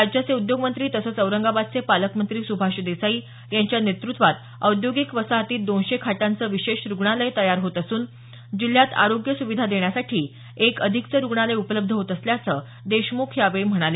राज्याचे उद्योगमंत्री तसंच औरंगाबादचे पालकमंत्री सुभाष देसाई यांच्या नेतृत्वात औद्योगिक वसाहतीत दोनशे खाटांचं विशेष रुग्णालय तयार होत असून जिल्ह्यात आरोग्य सुविधा देण्यासाठी एक अधिकचं रुग्णालय उपलब्ध होत असल्याचं देशमुख म्हणाले